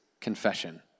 confession